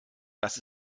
das